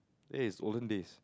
ya it's olden days